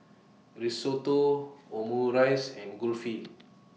Risotto Omurice and Kulfi